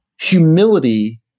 Humility